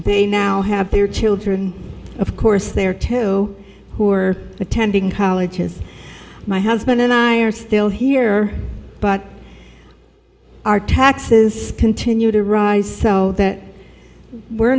they now have their children of course they are two who are attending college my husband and i we're still here but our taxes continue to rise so that we're